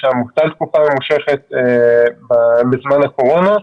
שהיה מובטל תקופה ממושכת בזמן הקורונה,